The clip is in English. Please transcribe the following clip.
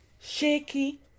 Shaky